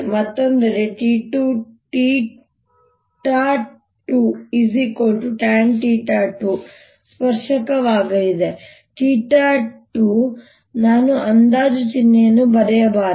ಮತ್ತೊಂದೆಡೆ 2tan 2 ಸ್ಪರ್ಶಕವಾಗಲಿದೆ 2 ನಾನು ಅಂದಾಜು ಚಿಹ್ನೆಯನ್ನು ಬರೆಯಬಾರದು